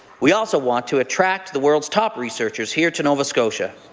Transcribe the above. we also want to attract the world's top researchers here to nova scotia.